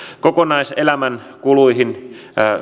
kokonaiselämän kuluihin